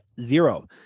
zero